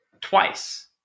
Twice